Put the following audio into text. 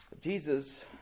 jesus